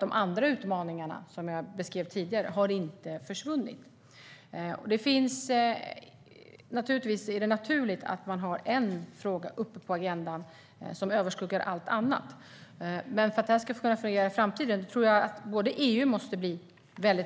De andra utmaningarna, som jag beskrev tidigare, har inte försvunnit. Det är naturligt att man har en fråga på agendan som överskuggar allt annat. Men för att detta ska fungera i framtiden borde EU bli